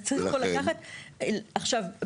עכשיו,